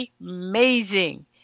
amazing